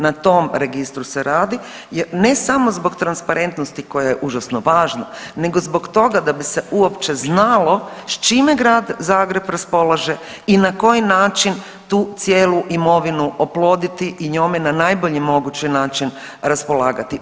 Na tom registru se radi, ne samo zbog transparentnosti koja je užasno važna, nego zbog toga da bi se uopće znalo s čime Grad Zagreb raspolaže i na koji način tu cijelu imovinu oploditi i njome na najbolji mogući način raspolagati.